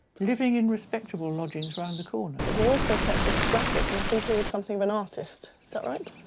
living in respectable lodgings round the corner. but they also kept a scrapbook, and i think he was something of an artist, is that right?